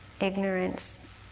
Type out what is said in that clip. ignorance